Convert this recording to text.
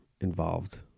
involved